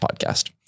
podcast